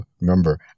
Remember